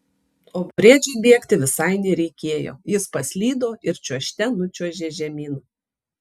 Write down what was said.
o briedžiui bėgti visai nereikėjo jis paslydo ir čiuožte nučiuožė žemyn